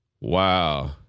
Wow